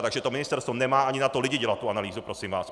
Takže to ministerstvo nemá ani lidi na to dělat tu analýzu, prosím vás.